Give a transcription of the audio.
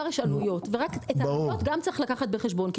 יש עלויות וגם את זה צריך לקחת בחשבון.